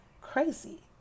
crazy